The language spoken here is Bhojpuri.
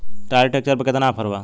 ट्राली ट्रैक्टर पर केतना ऑफर बा?